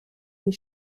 die